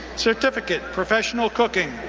certificate, professional cooking.